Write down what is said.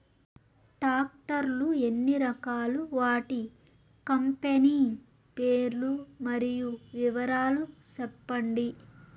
Tractor లు ఎన్ని రకాలు? వాటి కంపెని పేర్లు మరియు వివరాలు సెప్పండి?